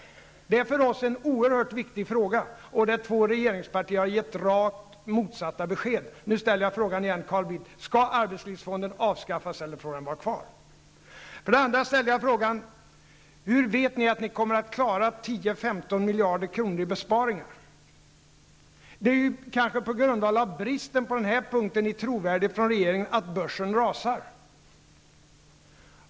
Detta är för oss en oerhört viktig fråga. Och två regeringspartier har gett rakt motsatta besked. Nu ställer jag frågan igen, Carl Bildt. Skall arbetslivsfonden avskaffas, eller får den vara kvar? Den andra frågan som jag ställde löd: Hur vet ni att ni kommer att klara av besparingar på 10--15 miljarder kronor? Det är kanske på grund av bristen på trovärdighet från regeringen på den här punkten som börsen rasar.